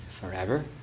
forever